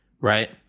Right